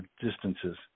distances